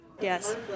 Yes